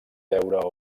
deure